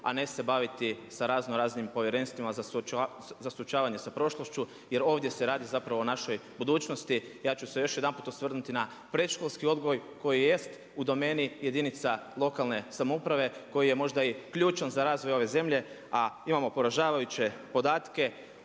a ne se baviti sa raznoraznim povjerenstvima za suočavanje sa prošlošću jer ovdje se radi zapravo o našoj budućnosti. Ja ću se još jedanput osvrnuti na predškolski odgoj koji jest u domeni jedinica lokalne samouprave koji je možda ključan za razvoj ove zemlje, a imamo poražavajuće podatke